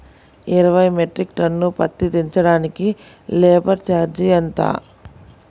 ఇరవై metric ton పత్తి దించటానికి లేబర్ ఛార్జీ ఎంత?